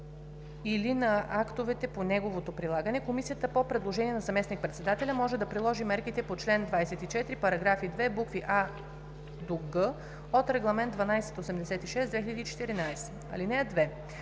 или на актовете по неговото прилагане, комисията по предложение на заместник-председателя може да приложи мерките по чл. 24, параграф 2, букви „а“ – „г“ от Регламент (ЕС) № 1286/2014. (2)